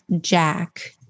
jack